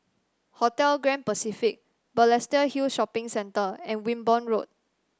Hotel Grand Pacific Balestier Hill Shopping Centre and Wimborne Road